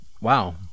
Wow